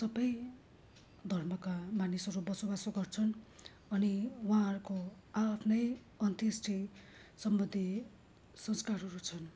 सबै धर्मका मानिसहरू बसोबासो गर्छन् अनि उहाँहरूको आ आफ्नै अन्त्येष्टि सम्बन्धी संस्कारहरू छन्